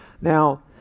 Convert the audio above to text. Now